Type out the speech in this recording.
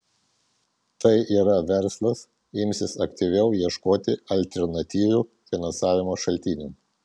tai yra verslas imsis aktyviau ieškoti alternatyvių finansavimo šaltinių